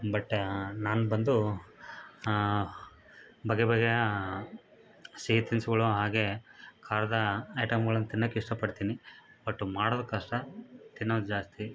but ನಾನು ಬಂದು ಬಗೆ ಬಗೆಯ ಸಿಹಿ ತಿನಿಸುಗಳು ಹಾಗೆ ಖಾರದ ಐಟಮ್ಗಳನ್ನು ತಿನ್ನೋಕ್ಕೆ ಇಷ್ಟ ಪಡ್ತೀನಿ ಬಟ್ ಮಾಡೋದಕ್ಕೆ ಕಷ್ಟ ತಿನ್ನೋದು ಜಾಸ್ತಿ